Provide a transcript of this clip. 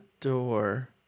door